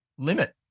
Limit